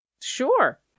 Sure